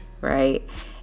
right